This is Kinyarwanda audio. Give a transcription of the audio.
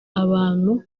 abantu